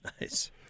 Nice